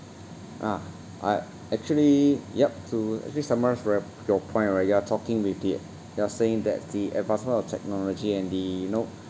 ah I actually yup to actually summarise rep~ your point right you are talking with the you are saying that the advancement of technology and the you know